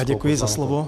Děkuji za slovo.